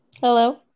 Hello